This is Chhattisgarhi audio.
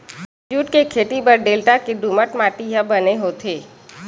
जूट के खेती बर डेल्टा के दुमट माटी ह बने होथे